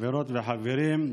חברות וחברים,